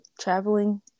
traveling